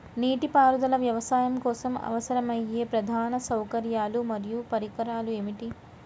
నీటిపారుదల వ్యవసాయం కోసం అవసరమయ్యే ప్రధాన సౌకర్యాలు మరియు పరికరాలు ఏమిటి?